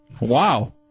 Wow